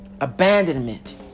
Abandonment